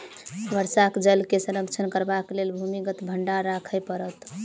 वर्षाक जल के संरक्षण करबाक लेल भूमिगत भंडार राखय पड़त